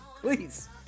Please